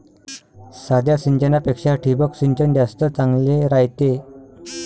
साध्या सिंचनापेक्षा ठिबक सिंचन जास्त चांगले रायते